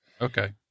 okay